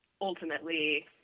ultimately